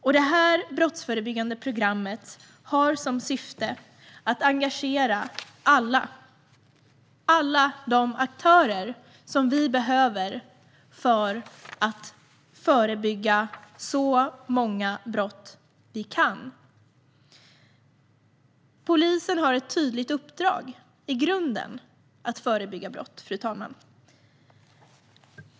Syftet med det brottsförebyggande programmet är att engagera alla aktörer vi behöver för att förebygga så många brott vi kan. Fru talman! Polisen har ett tydligt uppdrag i grunden om att förebygga brott.